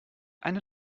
eine